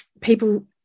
people